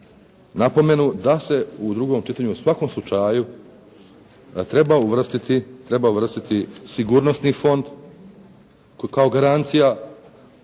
napomenu da se u drugom čitanju u svakom slučaju treba uvrstiti sigurnosni fond kao garancija